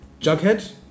Jughead